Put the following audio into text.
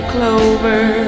Clover